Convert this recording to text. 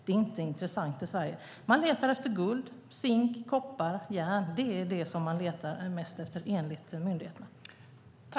Det är inte intressant i Sverige. Guld, zink, koppar och järn är det som man letar efter mest, enligt myndigheterna.